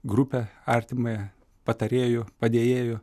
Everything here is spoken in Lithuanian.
grupę artimąją patarėjų padėjėjų